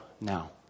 now